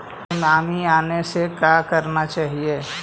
Tsunami आने से का करना चाहिए?